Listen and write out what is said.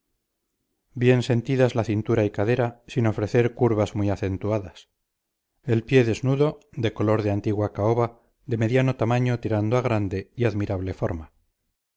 bien sentidas la cintura y cadera sin ofrecer curvas muy acentuadas el pie desnudo de color de antigua caoba de mediano tamaño tirando a grande y admirable forma